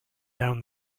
down